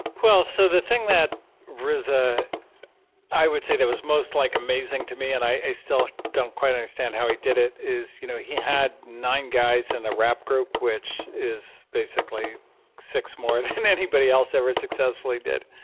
well, so the thing that rza i would say that was most like amazing to me and i still don't quite understand how he did it is you know he had nine guys in the rap group, which is basically six more than anybody else ever successfully did.